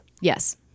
Yes